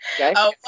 Okay